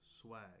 swag